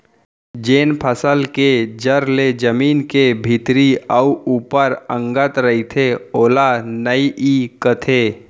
जेन फसल के जर ले जमीन के भीतरी अउ ऊपर अंगत रइथे ओला नइई कथें